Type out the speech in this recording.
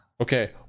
Okay